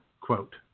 quote